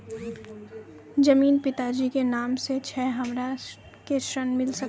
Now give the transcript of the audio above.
जमीन पिता जी के नाम से छै हमरा के ऋण मिल सकत?